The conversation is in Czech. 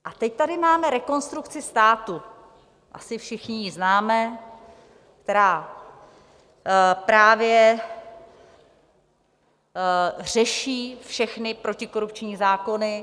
A teď tady máme Rekonstrukci státu asi všichni ji známe která právě řeší všechny protikorupční zákony.